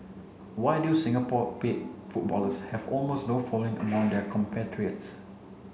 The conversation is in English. why do Singapore paid footballers have almost no following among their compatriots